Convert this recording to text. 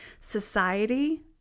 Society